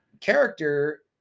character